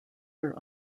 were